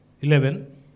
eleven